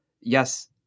yes